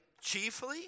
chiefly